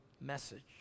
message